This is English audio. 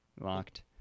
Locked